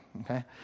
okay